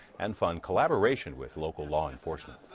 and fund collaboration with local law enforcement.